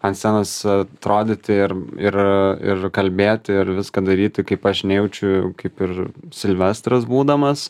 ant scenos atrodyti ir ir ir kalbėti ir viską daryti kaip aš nejaučiu kaip ir silvestras būdamas